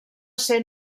ser